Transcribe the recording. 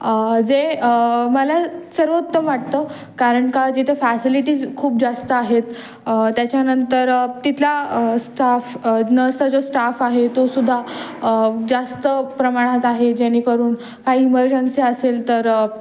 जे मला सर्वोत्तम वाटतं कारण का तिथे फॅसिलिटीज खूप जास्त आहेत त्याच्यानंतर तिथला स्टाफ नर्सचा जो स्टाफ आहे तोसुद्धा जास्त प्रमाणात आहे जेणेकरून काही इमर्जन्सी असेल तर